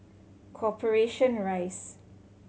Corporation Rise